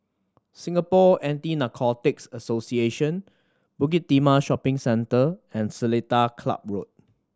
Singapore Anti Narcotics Association Bukit Timah Shopping Centre and Seletar Club Road